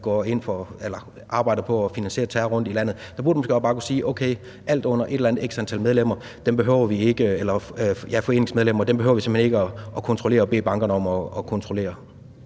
arbejder på at finansiere terror rundtom i landet. Der burde man måske bare kunne sige: Okay, alt under et eller andet x antal foreningsmedlemmer behøver vi simpelt hen ikke at kontrollere og bede bankerne om at kontrollere.